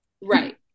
Right